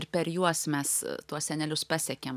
ir per juos mes tuos senelius pasekiam